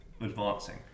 advancing